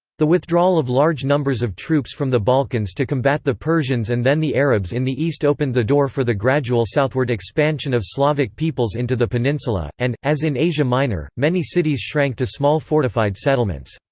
the withdrawal of large numbers of troops from the balkans to combat the persians and then the arabs in the east opened the door for the gradual southward expansion of slavic peoples into the peninsula, and, as in asia minor, many cities shrank to small fortified settlements.